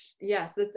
Yes